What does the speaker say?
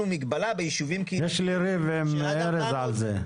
מגבלה בישובים קהילתיים --- יש לי ריב עם ארז על זה.